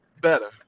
better